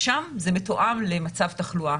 שם זה מתואם למצב תחלואה.